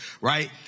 right